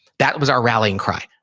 that was our rallying cry.